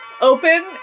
Open